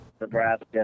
Nebraska